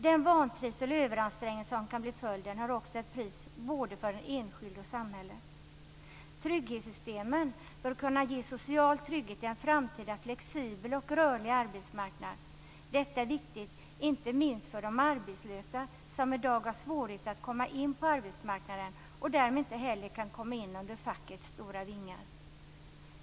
Den vantrivsel och överansträngning som kan bli följden har också ett pris, både för den enskilde och för samhället. Trygghetssystemen bör kunna ge social trygghet på en framtida flexibel och rörlig arbetsmarknad. Detta är viktigt, inte minst för de arbetslösa som i dag har svårigheter att komma in på arbetsmarknaden och därmed inte heller kan komma in under fackets stora vingar.